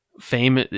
fame